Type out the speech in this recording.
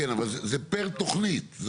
כן אבל זה פר תוכנית?